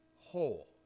whole